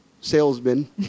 salesman